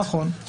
נכון.